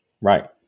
Right